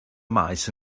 maes